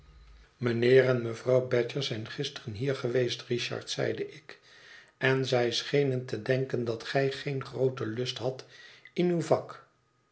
mijnheer en mevrouw badger zijn gisteren hier geweest richard zeide ik en zij schenen te denken dat gij geen grooten lust hadt in uw vak